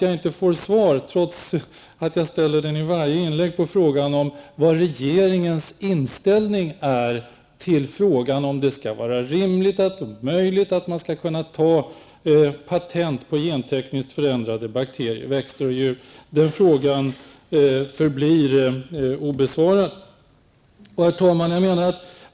Jag vill notera att jag inte får svar på frågan om regeringens inställning till om det är rimligt och möjligt och ta patent på gentekniskt förändrade bakterier, växter och djur. Den frågan har förblivit obesvarad, trots att jag har upprepat den.